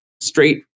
straight